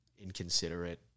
inconsiderate